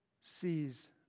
sees